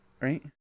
right